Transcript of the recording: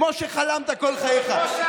כמו שחלמת כל חייך.